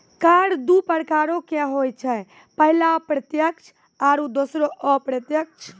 कर दु प्रकारो के होय छै, पहिला प्रत्यक्ष आरु दोसरो अप्रत्यक्ष